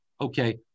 okay